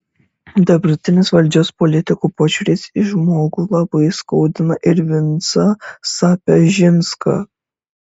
dabartinės valdžios politikų požiūris į žmogų labai skaudina ir vincą sapežinską